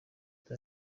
reba